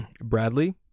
Bradley